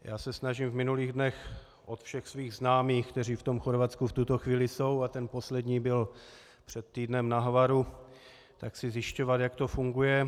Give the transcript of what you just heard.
Já se snažil v minulých dnech od všech svých známých, kteří v Chorvatsku v tuto chvíli jsou, a ten poslední byl před týdnem na Hvaru, si zjišťovat, jak to funguje.